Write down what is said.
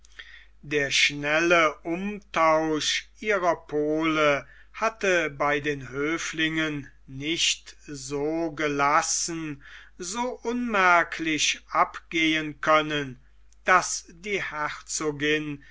der schnelle umtausch ihrer pole hatte bei den höflingen nicht so gelassen so unmerklich abgehen können daß die herzogin